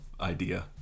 idea